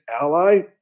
ally